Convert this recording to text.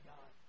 God